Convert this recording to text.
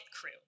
crew